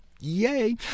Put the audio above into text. Yay